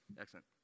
Excellent